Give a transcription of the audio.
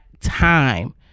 time